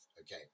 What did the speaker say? Okay